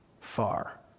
far